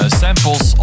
samples